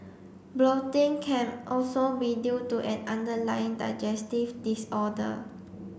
bloating can also be due to an underlying digestive disorder